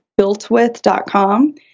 builtwith.com